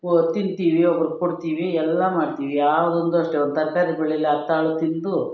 ತಿಂತೀವಿ ಒಬ್ರಿಗೆ ಕೊಡ್ತೀವಿ ಎಲ್ಲ ಮಾಡ್ತೀವಿ ಯಾವ್ದು ಒಂದಷ್ಟು ತರಕಾರಿ ಬೆಳೇಲಿ ಆ ಕಾಳು ತಿಂದು